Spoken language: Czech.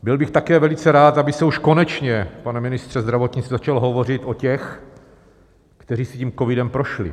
Byl bych také velice rád, aby se už konečně, pane ministře zdravotnictví, začalo hovořit o těch, kteří si tím covidem prošli.